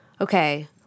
okay